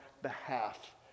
behalf